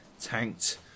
tanked